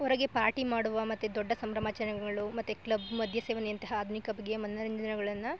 ಹೊರಗೆ ಪಾರ್ಟಿ ಮಾಡುವ ಮತ್ತು ದೊಡ್ಡ ಸಂಭ್ರಮಾಚರಣೆಗಳು ಮತ್ತು ಕ್ಲಬ್ ಮದ್ಯ ಸೇವನೆಯಂತಹ ಆಧುನಿಕ ಬಗೆಯ ಮನರಂಜನೆಗಳನ್ನು